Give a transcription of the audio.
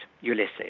Ulysses